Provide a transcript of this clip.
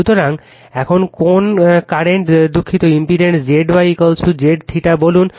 সুতরাং এখন কোণ কারেন্ট দুঃখিত ইম্পিডেন্স Z y Z θ বলুন